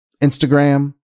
Instagram